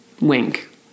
wink